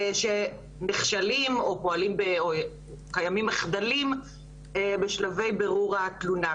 שנכשלים או פועלים בצורה שמחבלת בשלבי בירור התלונה.